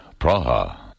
Praha